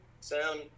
sound